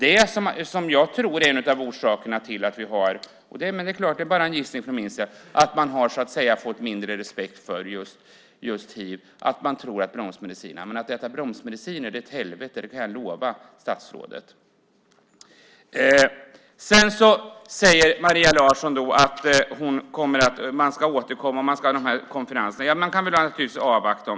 En gissning från min sida är att en av orsakerna till att man har fått mindre respekt för hiv är att man tror på bromsmedicinerna. Men att äta bromsmediciner är ett helvete. Det kan jag lova statsrådet. Maria Larsson säger att man ska återkomma och att man ska ha de här konferenserna. Man kan naturligtvis avvakta.